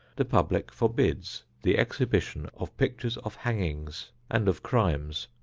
the public forbids the exhibition of pictures of hangings and of crimes.